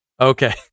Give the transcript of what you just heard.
Okay